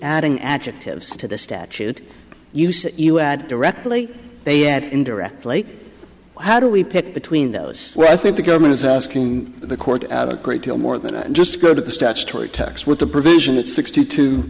adding adjectives to the statute you say you add directly they add indirectly how do we pick between those where i think the government is asking the court at a great deal more than just go to the statutory tax with the provision that sixty two